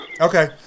Okay